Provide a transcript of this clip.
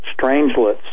Strangelets